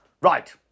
Right